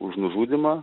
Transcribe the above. už nužudymą